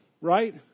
right